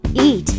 eat